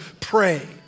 pray